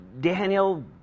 Daniel